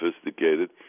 sophisticated